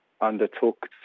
undertook